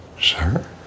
Sir